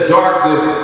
darkness